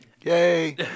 Yay